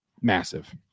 massive